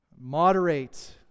Moderate